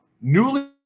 newly